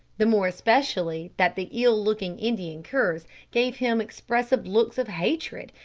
the more especially that the ill-looking indian curs gave him expressive looks of hatred,